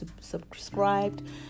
subscribed